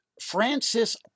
Francis